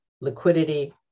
liquidity